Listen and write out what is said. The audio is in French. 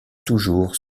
toujours